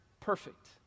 Perfect